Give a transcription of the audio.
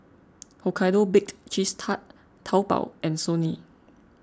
Hokkaido Baked Cheese Tart Taobao and Sony